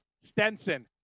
stenson